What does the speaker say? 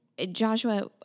Joshua